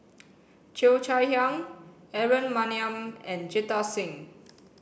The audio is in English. Cheo Chai Hiang Aaron Maniam and Jita Singh